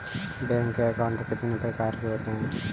Bank account कितने प्रकार के होते हैं?